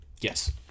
Yes